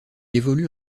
évolue